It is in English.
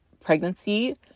pregnancy